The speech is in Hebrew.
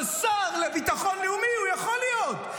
אבל שר לביטחון לאומי הוא יכול להיות,